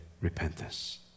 repentance